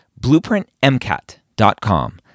BlueprintMCAT.com